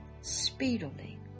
speedily